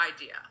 idea